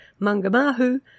Mangamahu